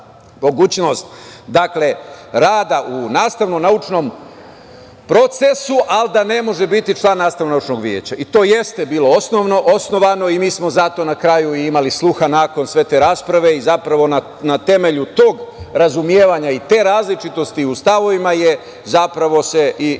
mogućnost rada u nastavno-naučnom procesu, ali da ne može biti član nastavno-naučnog veća. To i jeste bilo osnovano i mi smo za to na kraju imali sluha. Nakon sve te rasprave i zapravo na temelju tog razumevanja i te različitosti u stavovima, zapravo se